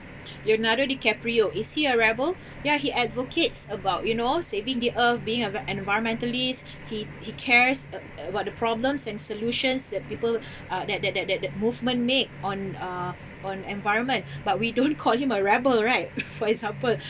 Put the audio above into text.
leonardo dicaprio is he a rebel ya he advocates about you know saving the earth being a environmentalists he he cares a about the problems and solutions that people uh that that that that that movement made on uh on environment but we don't call him a rebel right for example